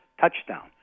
touchdown